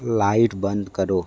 light बंद करो